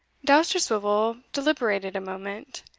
dousterswivel deliberated a moment,